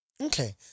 okay